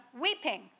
weeping